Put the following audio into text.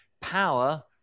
Power